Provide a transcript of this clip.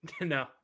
No